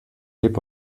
hip